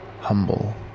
Humble